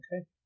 okay